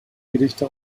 gedichte